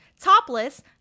topless